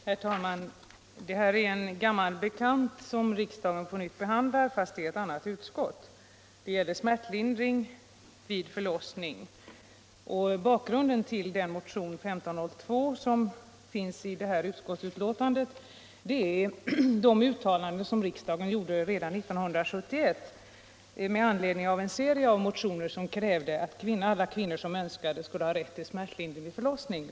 Herr talman! Det här är en gammal bekant, som riksdagen på nytt behandlar — fast den gått genom ett annat utskott än tidigare. Det gäller smärtlindring vid förlossning. Bakgrunden till den motion 1502 som behandlas i detta utskottsbetänkande är de uttalanden som riksdagen gjorde redan 1971 med anledning av en serie motioner, som krävde att alla kvinnor som önskade skulle ha rätt till smärtlindring vid förlossning.